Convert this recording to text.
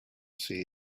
see